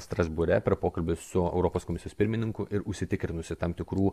strasbūre per pokalbį su europos komisijos pirmininku ir užsitikrinusi tam tikrų